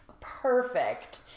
Perfect